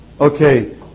Okay